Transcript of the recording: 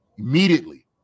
Immediately